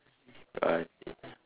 I see